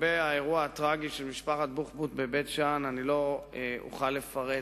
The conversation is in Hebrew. לגבי האירוע הטרגי של משפחת בוחבוט בבית-שאן אני לא אוכל לפרט,